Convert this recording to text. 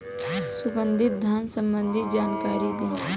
सुगंधित धान संबंधित जानकारी दी?